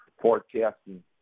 forecasting